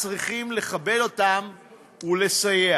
צריכים לכבד אותם ולסייע.